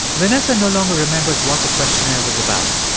vanessa no longer remembers what the questionnaire was about,